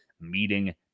meeting